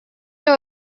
know